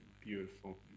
beautiful